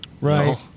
Right